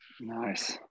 nice